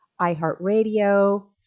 iHeartRadio